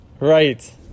Right